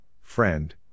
friend